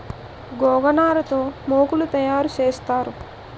గోగనార తో మోకులు తయారు సేత్తారు